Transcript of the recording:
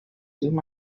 through